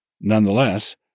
nonetheless